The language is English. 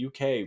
UK